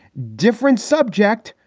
different subject,